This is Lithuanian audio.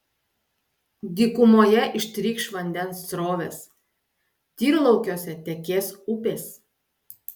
dykumoje ištrykš vandens srovės tyrlaukiuose tekės upės